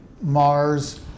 Mars